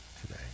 today